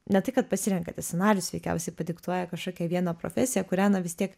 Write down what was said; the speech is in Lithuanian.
ne tai kad pasirenkate scenarijus veikiausiai padiktuoja kažkokią vieną profesiją kurią na vis tiek